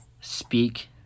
speak